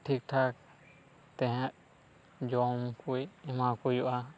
ᱴᱷᱤᱠ ᱴᱷᱟᱠ ᱛᱟᱦᱮᱜ ᱡᱚᱢᱠᱩᱡ ᱮᱢᱟᱣᱟ ᱠᱚ ᱦᱩᱭᱩᱜᱼᱟ